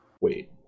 Wait